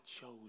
chose